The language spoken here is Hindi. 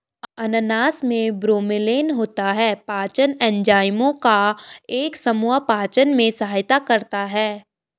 अनानास में ब्रोमेलैन होता है, पाचन एंजाइमों का एक समूह पाचन में सहायता करता है